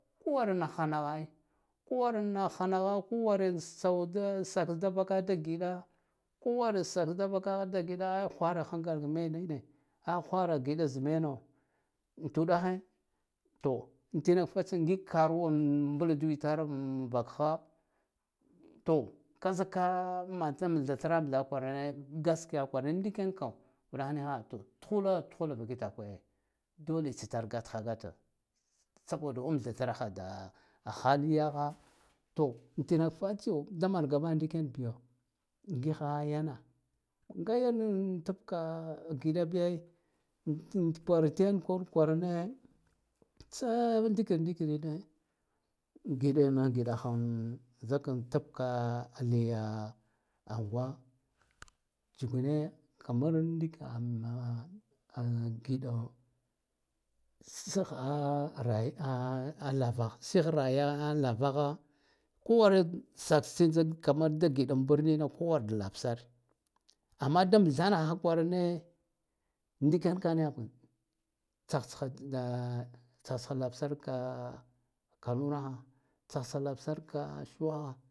Ko ware nahha naha ai ko war nahha naha ko ware sauda saksda vakaha da giɗa a hwara hankal mena nivade a hwara giɗa zi mena tuɗahe to anti nak fatsiya ngig karuwen mbaladuwite an vakha to ka zakka mantramthah kwarme gaskiya kwarahe ndiken ka uɗah niha to tuhuda tuhulva kitakwe dole tsitar gat ha gato saboda amtha traha da haliyaha to antina ka fatsiya da manga bahha ndiken biyo ngiha yane nga yan tib ka giɗa bi ai anta kwam tiyan kwaran kwaran tsa ndikira ndikiri ne gaɗo mana giɗahan zkka tab ka a layya angwa jugune kamar ndika aa giɗa sihha ray aa lavaha sih rayya avaha kware sakstsin tsa tsg da kamar la giɗa barnina kowar da lavdar amma da amtanahha kwarana ndiken nga niha tsahtsha da tsatsha lavsar a kanunaha tsatsha lavtar ka thuwa.